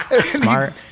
Smart